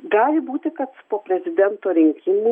gali būti kad po prezidento rinkimų